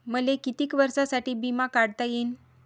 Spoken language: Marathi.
मले कितीक वर्षासाठी बिमा काढता येईन?